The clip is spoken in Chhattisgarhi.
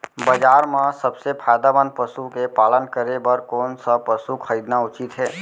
बजार म सबसे फायदामंद पसु के पालन करे बर कोन स पसु खरीदना उचित हे?